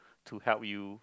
to help you